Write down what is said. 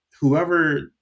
whoever